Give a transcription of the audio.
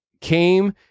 came